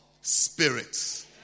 spirits